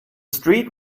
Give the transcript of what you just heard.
street